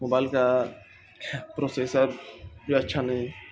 mobile کا processor بھی اچھا نہیں